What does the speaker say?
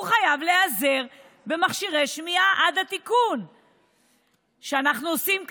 הוא חייב להיעזר במכשירי שמיעה עד התיקון שאנחנו עושים כאן.